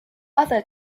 other